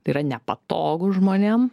tai yra nepatogu žmonėm